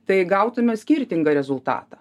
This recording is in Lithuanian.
tai gautume skirtingą rezultatą